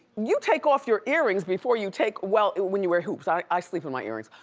you take off your earrings before you take, well, when you wear hoops. i sleep in my earrings.